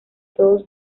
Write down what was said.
todo